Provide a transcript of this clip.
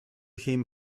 him